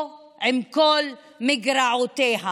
או עם כל מגרעותיה.